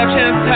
chance